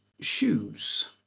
shoes